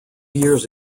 years